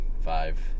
five